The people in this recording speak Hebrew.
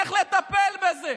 צריך לטפל בזה.